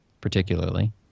particularly